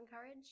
courage